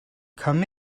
come